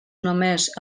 només